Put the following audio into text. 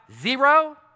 zero